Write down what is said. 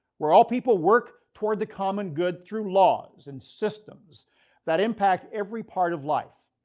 where all people work toward the common good through laws and systems that impact every part of life.